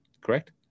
Correct